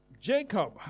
Jacob